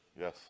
Yes